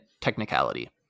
technicality